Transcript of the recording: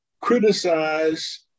criticize